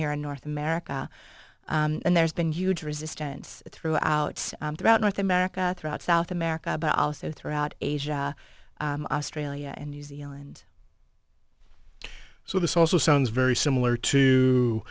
here in north america and there's been huge resistance throughout throughout north america throughout south america but also throughout asia australia and new zealand so this also sounds very similar to